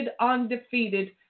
undefeated